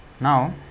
Now